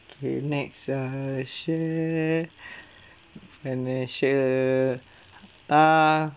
okay next err share financial err